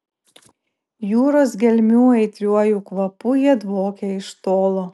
jūros gelmių aitriuoju kvapu jie dvokia iš tolo